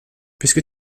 puisque